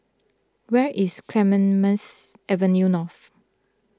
where is Clemen Mence Avenue North